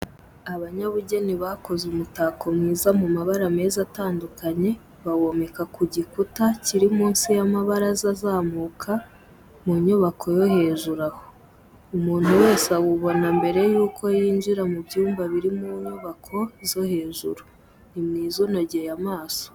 Abanyabugeni bakoze umutako mwiza mu mabara meza atandukanye bawomeka ku gikuta kiri munsi y'amabaraza azamuka mu nyubako yo hejuru aho, umuntu wese awubona mbere y'uko yinjira mu byumba biri mu nyubako zo hejuru. Ni mwiza unogeye amaso.